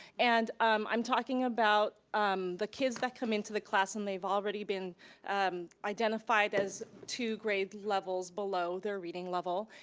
and um i'm talking about um the kids that come into the class and they've already been identified as two grade levels below their reading level,